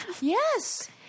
Yes